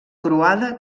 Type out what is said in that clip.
croada